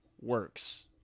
works